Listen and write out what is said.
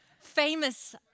Famous